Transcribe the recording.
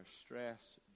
stress